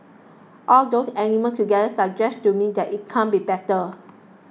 all those elements together suggest to me that it can't be better